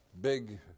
big